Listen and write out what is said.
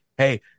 Hey